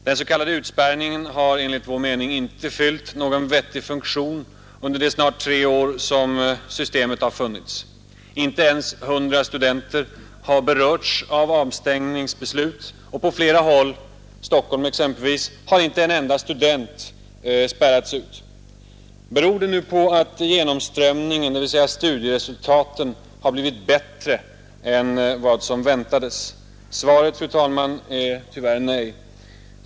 Den s.k. utspärrningen har inte fyllt någon vettig funktion under de snart tre år som systemet har funnits. Inte ens 100 studenter har berörts av avstängningsbeslut, och på flera håll — i Stockholm exempelvis — har inte en enda student spärrats ut. Beror det nu på att genomströmningen — dvs. studieresultaten — har blivit bättre än väntat? Svaret, fru talman, är tyvärr nej.